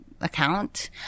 account